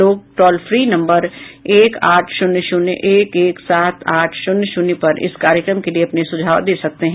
लोग toll free number एक आठ शून्य शून्य एक एक सात आठ शून्य शून्य पर इस कार्यक्रम के लिए अपने सुझाव दे सकते हैं